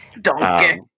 Donkey